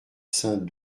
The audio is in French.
saint